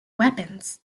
weapons